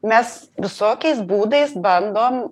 mes visokiais būdais bandom